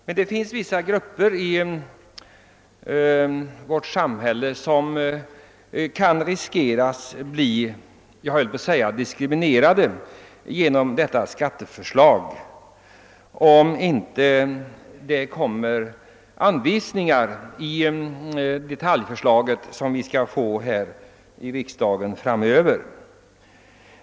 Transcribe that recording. Men det finns vissa grupper i vårt samhälle som riskerar att bli diskriminerade genom detta skatteförslag, om det inte rättas till ge nom anvisningar i det detaljförslag som riksdagen skall få framöver.